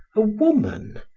a woman,